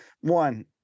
one